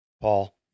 Paul